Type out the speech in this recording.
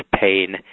pain